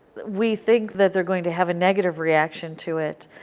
we think that they are going to have a negative reaction to it,